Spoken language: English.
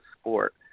sport